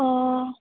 অঁ